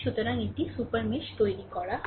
সুতরাং একটি super mesh তৈরি করা হয়